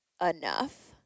enough